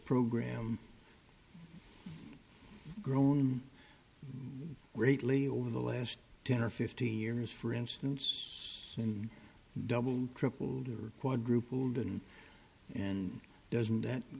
program grown greatly over the last ten or fifteen years for instance and doubled tripled or quadrupled and and doesn't that